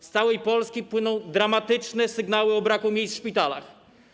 Z całej Polski płyną dramatyczne sygnały o braku miejsc w szpitalach.